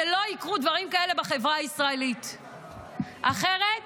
שלא יקרו דברים כאלה בחברה הישראלית, אחרת